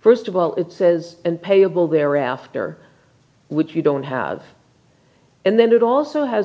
first of all it says and payable thereafter which you don't have and then it also has a